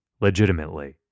legitimately